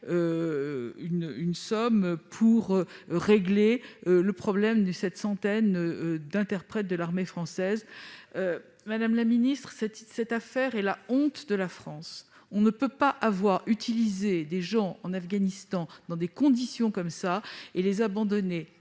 financement pour régler le problème de cette centaine d'interprètes de l'armée française. Madame la ministre, cette affaire est la honte de la France. On ne peut pas avoir utilisé des gens en Afghanistan dans des conditions pareilles et les abandonner